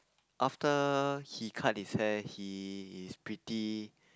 after he cut his hair he is pretty